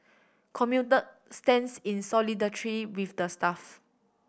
commuter stands in solidarity with the staff